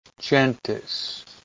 Gentis